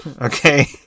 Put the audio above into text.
okay